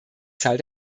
zahl